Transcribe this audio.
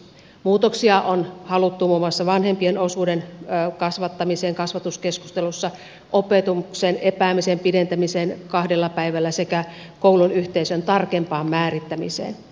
muutoksia on haluttu muun muassa vanhempien osuuden kasvattamiseen kasvatuskeskustelussa opetuksen epäämisen pidentämiseen kahdella päivällä sekä koulun yhteisön tarkempaan määrittämiseen